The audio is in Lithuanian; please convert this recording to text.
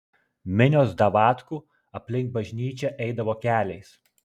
minios davatkų aplink bažnyčią eidavo keliais